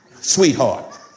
sweetheart